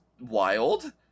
wild